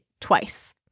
twice